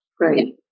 Right